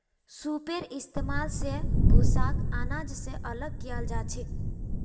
सूपेर इस्तेमाल स भूसाक आनाज स अलग कियाल जाछेक